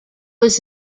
was